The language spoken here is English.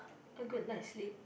a good night's sleep